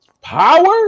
Power